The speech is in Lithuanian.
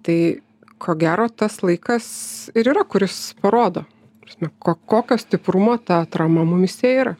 tai ko gero tas laikas ir yra kuris parodo ta prasme ko kokio stiprumo ta atrama mumyse yra